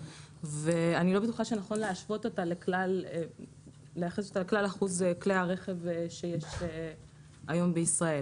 ואני לא בטוחה שנכון לייחס אותה לכלל אחוז כלי הרכב שיש היום בישראל,